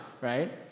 right